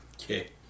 Okay